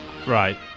right